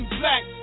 black